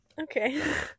Okay